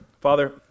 Father